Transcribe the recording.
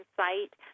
site